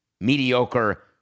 mediocre